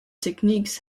techniques